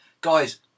Guys